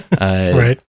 right